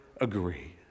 agree